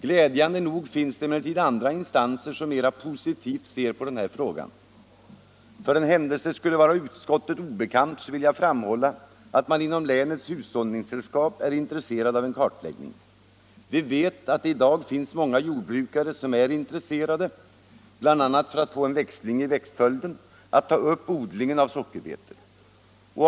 Glädjande nog finns det emellertid andra instanser som ser mer positivt på den här frågan. För den händelse det skulle vara utskottet obekant vill jag framhålla att man inom länets hushållningssällskap är intresserad av en kartläggning. Vi vet att det i dag finns många jordbrukare som är intresserade — bl.a. för att få en växling i växtföljden — att ta upp odlingen av sockerbetor.